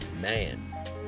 man